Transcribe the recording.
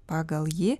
pagal jį